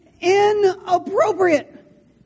inappropriate